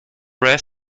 rare